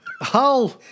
Hull